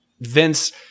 vince